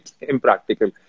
impractical